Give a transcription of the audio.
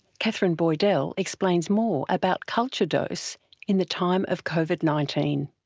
katherine boydell explains more about culture dose in the time of covid nineteen.